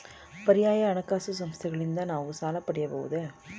ಪರ್ಯಾಯ ಹಣಕಾಸು ಸಂಸ್ಥೆಗಳಿಂದ ನಾವು ಸಾಲ ಪಡೆಯಬಹುದೇ?